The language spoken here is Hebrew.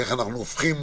איך אנחנו הופכים